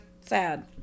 sad